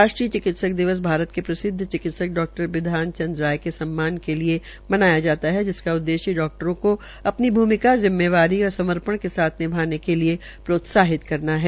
राष्ट्रीय चिकित्सक दिवस भारत के प्रसिद्व चिकित्सक डा बिधान चन्द्र राय के सम्मान के लिये मनाया जाता है जिसका उद्देश्य डाक्टरों को अधनी भूमिका जिम्मेदारी और समर्पण के साथ निभाने के लिये प्रोत्साहित करना है